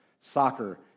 soccer